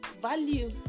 Value